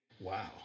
Wow